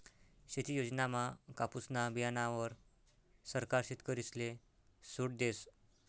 शेती योजनामा कापुसना बीयाणावर सरकार शेतकरीसले सूट देस